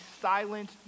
silent